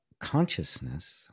consciousness